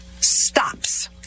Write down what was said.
stops